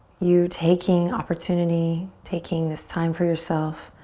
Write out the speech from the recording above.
you taking opportunity, taking this time for yourself